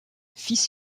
fils